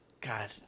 God